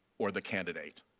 or the candidate.